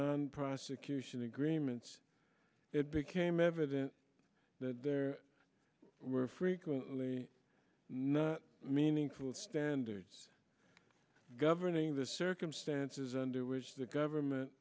prosecution agreements it became evident that there were frequently no meaningful standards governing the circumstances under which the government